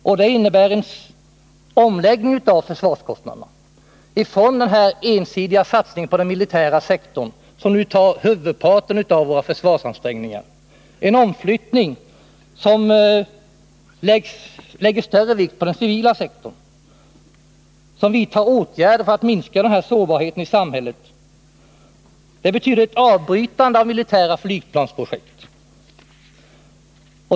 Denna linje innebär en omläggning av försvarskostnaderna ifrån den ensidiga satsningen på den militära sektorn som nu kräver huvudparten av våra försvarsansträngningar, en omflyttning så att det läggs större vikt vid den civila sektorn och vidtas åtgärder för att minska sårbarheten i samhället. Det skulle betyda ett avbrytande av militära flygplansprojekt.